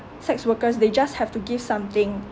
sex workers they just have to give something